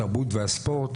התרבות והספורט,